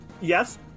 yes